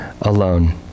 alone